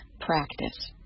practice